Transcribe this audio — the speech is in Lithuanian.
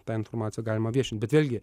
tą informaciją galima viešinti bet vėlgi